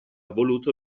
voluto